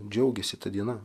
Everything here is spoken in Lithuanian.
džiaugiasi ta diena